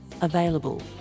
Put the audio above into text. available